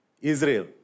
Israel